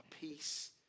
peace